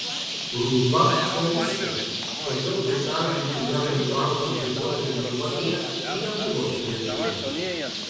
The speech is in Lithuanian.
rūta kariškė todėl prikalbinti ją dalyvauti dziudo treniruotėje nebuvo sudėtinga